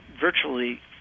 virtually